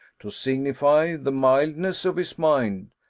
to signify the mildness of his mind,